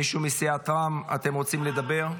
מישהו מסיעת רע"מ רוצה לדבר?